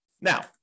Now